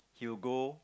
he will go